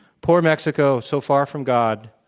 poor mexico, so far from god,